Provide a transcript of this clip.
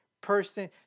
person